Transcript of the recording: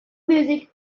music